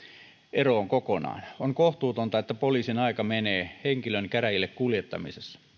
eroon kokonaan on kohtuutonta että poliisin aika menee henkilön käräjille kuljettamisessa